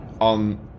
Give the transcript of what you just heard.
on